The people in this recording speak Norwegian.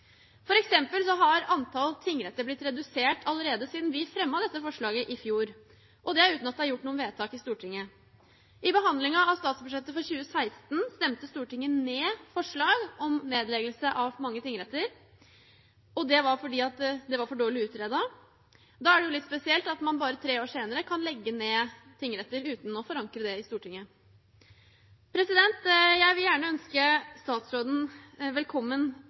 blitt redusert allerede siden vi fremmet dette forslaget i fjor, og det uten at det er gjort noe vedtak i Stortinget. I behandlingen av statsbudsjettet for 2016 stemte Stortinget ned forslag om nedleggelse av mange tingretter, og det var fordi det var for dårlig utredet. Da er det litt spesielt at man bare tre år senere kan legge ned tingretter uten å forankre det i Stortinget. Jeg vil gjerne ønske statsråden velkommen